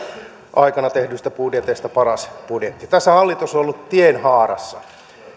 aikana tehdyistä budjeteista paras budjetti tässä hallitus on ollut tienhaarassa